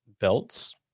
belts